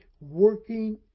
working